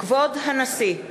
כבוד הנשיא!